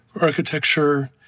Architecture